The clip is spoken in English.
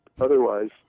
otherwise